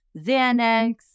Xanax